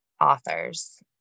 authors